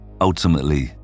ultimately